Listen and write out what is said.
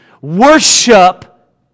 worship